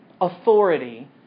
authority